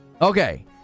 Okay